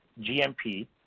GMP